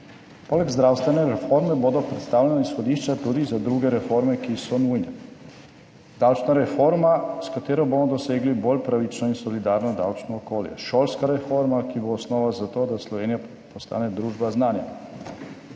Poleg zdravstvene reforme bodo predstavljena izhodišča tudi za druge reforme, ki so nujne. Davčna reforma, s katero bomo dosegli bolj pravično in solidarno davčno okolje. Šolska reforma, ki bo osnova za to, da Slovenija postane družba znanja.